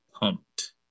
pumped